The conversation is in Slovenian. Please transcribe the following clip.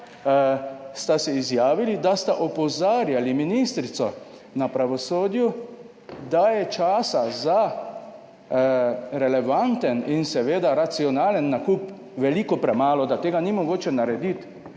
sta se izjavili, da sta opozarjali ministrico na pravosodju, da je časa za relevanten in seveda racionalen nakup veliko premalo, da tega ni mogoče narediti